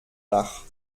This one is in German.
dach